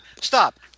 Stop